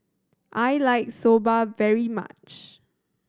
I like Soba very much